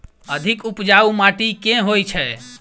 अधिक उपजाउ माटि केँ होइ छै?